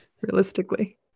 realistically